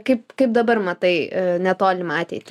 kaip kaip dabar matai netolimą ateitį